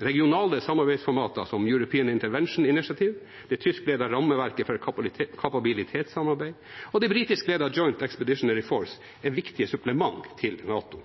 Regionale samarbeidsformater som European Intervention Initiative, det tyskledede rammeverket for kapabilitetssamarbeid og det britiskledede Joint Expeditionary Force er viktige supplement til NATO.